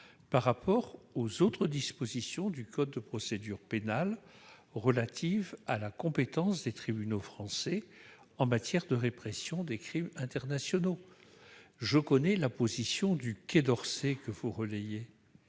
par rapport aux autres dispositions du code de procédure pénale relatives à la compétence des tribunaux français en matière de répression des crimes internationaux. Je connais la position du Quai d'Orsay que vous relayez,